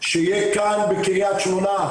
שיהיה כאן בקריית שמונה,